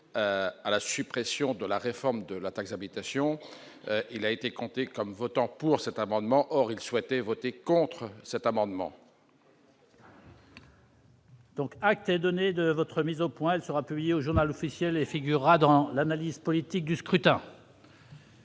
à la suppression de la réforme de la taxe d'habitation, il a été comptés comme votant pour cet amendement, or il souhaité voter contre cet amendement. Donc acte et donner de votre mise au point, elle sera publiée au Journal officiel et figurera dans l'analyse politique du scrutin.